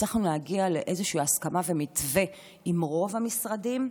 הצלחנו להגיע לאיזושהי הסכמה ולמתווה עם רוב המשרדים,